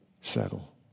settle